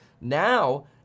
Now